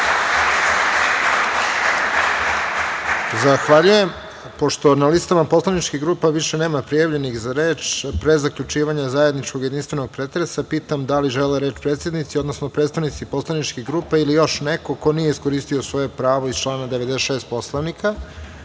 Zahvaljujem. Pošto na listama poslaničkih grupa više nema prijavljenih za reč. Pre zaključivanja zajedničkog jedinstvenog pretresa, pitam da li žele reč predsednici, odnosno predstavnici poslaničkih grupa ili još neko ko nije iskoristio svoje pravo iz člana 96.